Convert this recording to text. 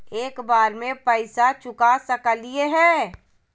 एक बार में पैसा चुका सकालिए है?